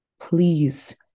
Please